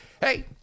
Hey